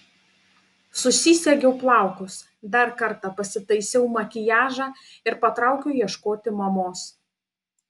susisegiau plaukus dar kartą pasitaisiau makiažą ir patraukiau ieškoti mamos